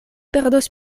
perdos